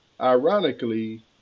ironically